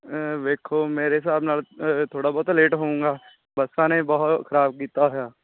ਵੇਖੋ ਮੇਰੇ ਹਿਸਾਬ ਨਾਲ ਥੋੜ੍ਹਾ ਬਹੁਤਾ ਲੇਟ ਹੋਊਗਾ ਬੱਸਾਂ ਨੇ ਬਹੁਤ ਖ਼ਰਾਬ ਕੀਤਾ ਹੋਇਆ